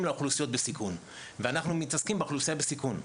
לאוכלוסיות בסיכון ואנחנו מתעסקים באוכלוסייה בסיכון,